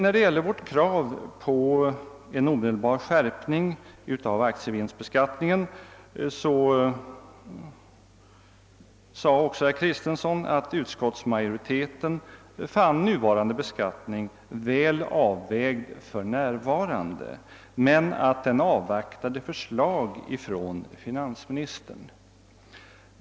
Beträffande vårt krav på en omedelbar skärpning av aktievinstbeskattningen sade herr Kristenson att utskottsmajoriteten fann beskattningen väl avvägd för närvarande men att den avvaktade förslag från finansministern.